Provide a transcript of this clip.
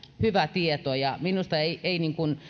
hyvä tieto minusta ei ei